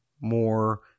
more